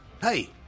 Hey